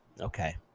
okay